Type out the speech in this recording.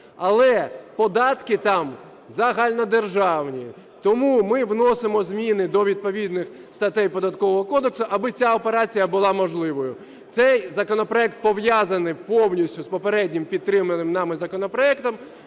але податки там загальнодержавні. Тому ми вносимо зміни до відповідних статей Податкового кодексу, аби ця операція була можливою. Цей законопроект пов'язаний повністю з попереднім, підтриманим нами законопроектом.